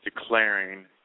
Declaring